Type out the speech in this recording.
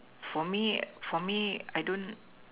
for me for me I don't